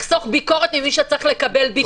ניתן גם למי שירצה לדבר.